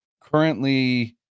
currently